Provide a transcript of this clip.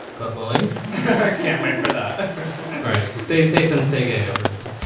god willing i can't wait for that stay safe and stay gay, everyone